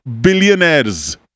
billionaires